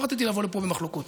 לא רציתי לבוא לפה במחלוקות,